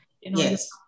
Yes